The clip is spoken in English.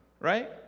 right